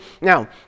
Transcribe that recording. Now